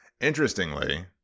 interestingly